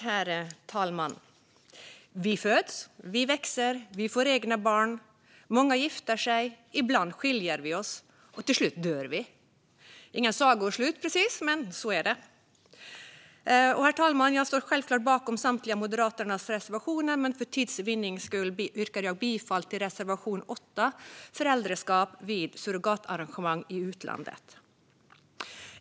Herr talman! Vi föds, vi växer, vi får egna barn. Många gifter sig, ibland skiljer vi oss och till slut dör vi. Det är inget sagoslut precis, men så är det. Herr talman! Jag står självklart bakom samtliga av Moderaternas reservationer, men för tids vinning yrkar jag bifall endast till reservation 8 om föräldraskap vid surrogatarrangemang i utlandet.